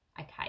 Okay